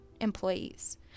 employees